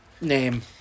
name